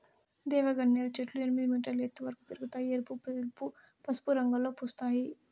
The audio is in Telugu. దేవగన్నేరు చెట్లు ఎనిమిది మీటర్ల ఎత్తు వరకు పెరగుతాయి, ఎరుపు, తెలుపు, పసుపు రంగులలో పూస్తాయి